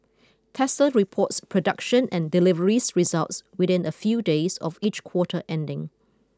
Tesla reports production and deliveries results within a few days of each quarter ending